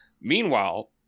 Meanwhile